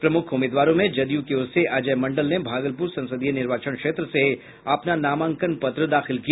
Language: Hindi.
प्रमुख उम्मीदवारों में जदयू की ओर से अजय मंडल ने भागलपुर संसदीय निर्वाचन क्षेत्र से अपना नामांकन पत्र दाखिल किया